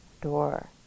door